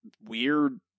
weird